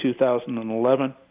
2011